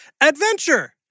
adventure